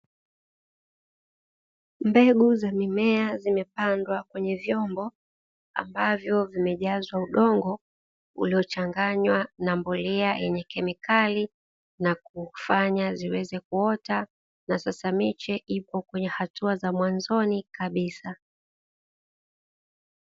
Mbegu za mimea zimepandwa kwenye vyombo ambavyo vimejazwa udongo, uliochanganywa na mbolea yenye kemikali na kufanya ziweze kuota, na sasa miche ipo kwenye hatua za mwanzoni kabisa.